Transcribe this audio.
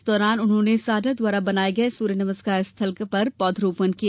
इस दौरान उन्होंने साडा द्वारा बनाये गये सूर्य नमस्कार स्थल पर पौधारोपण किया